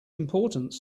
importance